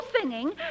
singing